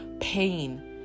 pain